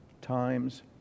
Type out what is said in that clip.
times